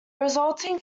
resulting